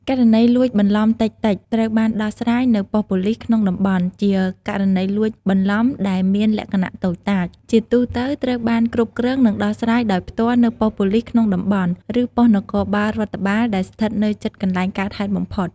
ករណីលួចបន្លំតិចៗ ត្រូវបានដោះស្រាយនៅប៉ុស្តិ៍ប៉ូលិសក្នុងតំបន់ ជាករណីលួចបន្លំដែលមានលក្ខណៈតូចតាច ជាទូទៅត្រូវបានគ្រប់គ្រង និងដោះស្រាយដោយផ្ទាល់នៅប៉ុស្តិ៍ប៉ូលិសក្នុងតំបន់ ឬប៉ុស្តិ៍នគរបាលរដ្ឋបាលដែលស្ថិតនៅជិតកន្លែងកើតហេតុបំផុត។